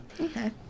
Okay